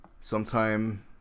sometime